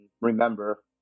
remember